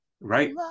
Right